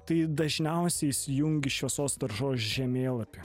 tai dažniausiai įsijungi šviesos taršos žemėlapį